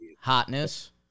Hotness